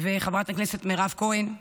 וחברת הכנסת מירב כהן,